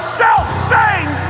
self-same